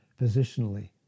positionally